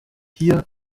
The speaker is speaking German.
hier